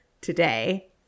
today